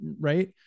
right